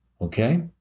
Okay